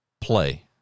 play